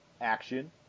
action